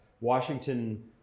Washington